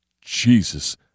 Jesus